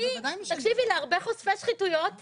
תקשיבי, להרבה חושפי שחיתויות --- לא,